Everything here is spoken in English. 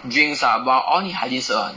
drinks ah but all need hygiene cert [one]